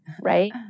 Right